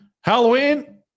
halloween